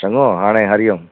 चङो हाणे हरि ओम